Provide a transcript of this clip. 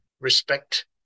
respect